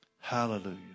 Hallelujah